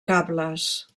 cables